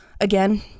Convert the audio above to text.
Again